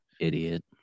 Idiot